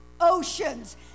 oceans